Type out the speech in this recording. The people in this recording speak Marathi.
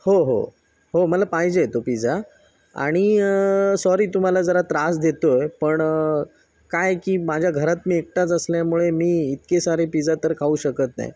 हो हो हो मला पाहिजे आहे तो पिजा आणि सॉरी तुम्हाला जरा त्रास देतो आहे पण काय आहे की माझ्या घरात मी एकटाच असल्यामुळे मी इतके सारे पिजा तर खाऊ शकत नाही